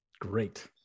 great